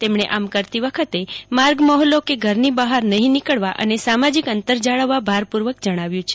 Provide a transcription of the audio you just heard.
તેમણે આ કરતી વખતે માર્ગમોહલ્લો કે ઘરની બહાર નહી નિકળવા અને સામાજીક અંતર જાળવવા ભારપુ ર્વક જણાવ્યુ છે